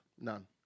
None